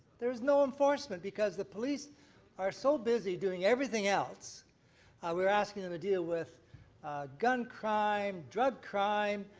there's no enforcement because the police are so busy doing everything else we're asking them to deal with gun crime, drug crime,